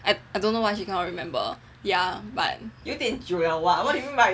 and I don't know why she cannot remember yeah but